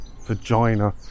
vagina